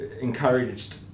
encouraged